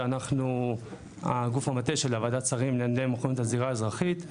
שאנחנו הגוף המטה של וועדת שרים לעניינים מוכנות הזירה האזרחית,